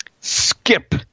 Skip